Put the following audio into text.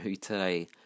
today